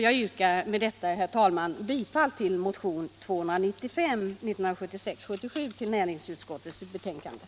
Jag yrkar, herr talman, bifall till motionen 1976/77:295.